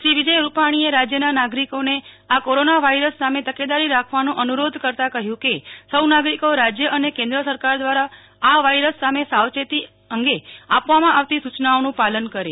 શ્રી વિજયભાઈ રૂપાણી એ રાજ્યના નાગરિકોને કોરોના વાયરસ સામે તકેદારી રાખવાનો અનુરોધ કરતા કહ્યું કે સૌ નાગરીકો રાજ્ય અને કેન્દ્ર સરકાર દ્વારા આ વાયરસ સામે સાવચેતી અંગે આપવામાં આવતી સૂચનાઓનું પાલન કરે